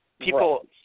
People